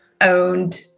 owned